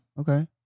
Okay